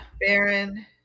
Baron